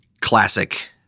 classic